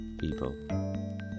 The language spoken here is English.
people